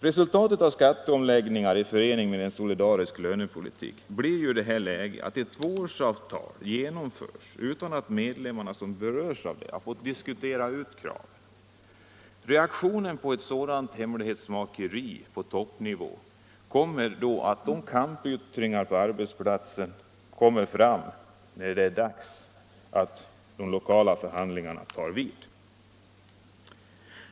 Resultatet av skatteomläggningar i förening med solidarisk lönepolitik blir i detta läge att ett tvåårsavtal genomförs utan att medlemmarna som berörs av detta får diskutera kraven. Reaktionen på ett sådant hemlighetsmakeri på toppnivå kommer då att bli kampyttringar på arbetsplatserna när de lokala förhandlingarna tar vid.